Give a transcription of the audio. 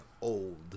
old